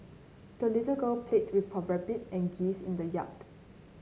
the little girl played with her rabbit and geese in the yard